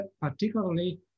particularly